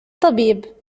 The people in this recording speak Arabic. طبيب